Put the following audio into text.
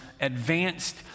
advanced